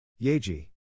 Yeji